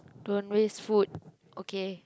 don't waste food okay